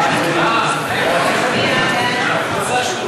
ההצעה להעביר את הצעת